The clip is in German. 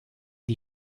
die